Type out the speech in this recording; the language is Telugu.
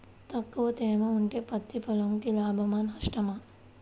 తక్కువ తేమ ఉంటే పత్తి పొలంకు లాభమా? నష్టమా?